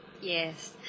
Yes